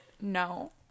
No